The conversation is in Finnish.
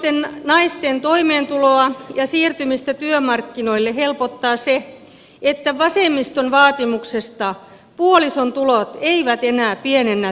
pienituloisten naisten toimeentuloa ja siirtymistä työmarkkinoille helpottaa se että vasemmiston vaatimuksesta puolison tulot eivät enää pienennä työmarkkinatukea